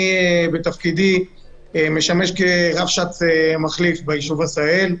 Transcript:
אני בתפקידי משמש כרבש"ץ מחליף בישוב עשהאל.